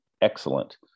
excellent